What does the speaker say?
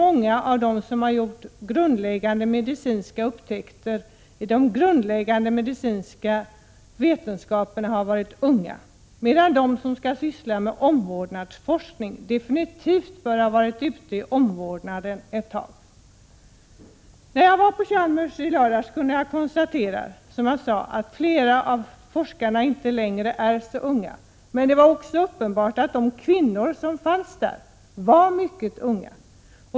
Många av dem som har gjort grundläggande medicinska upptäckter i de grundläggande medicinska vetenskaperna har varit unga, medan de som skall syssla med omvårdnadsforskning definitivt bör ha varit ute i vården ett tag. När jag i lördags var på Chalmers kunde jag, som jag sade, konstatera att flera av forskarna inte längre är så unga, men det var också uppenbart att de kvinnor som promoverades där är mycket unga.